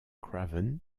cravant